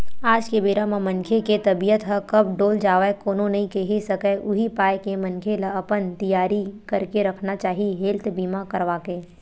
आज के बेरा म मनखे के तबीयत ह कब डोल जावय कोनो नइ केहे सकय उही पाय के मनखे ल अपन तियारी करके रखना चाही हेल्थ बीमा करवाके